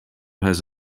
has